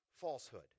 falsehood